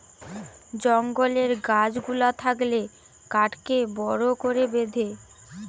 জঙ্গলের গাছ গুলা থাকলে কাঠকে বড় করে বেঁধে